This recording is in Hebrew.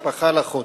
בחודש.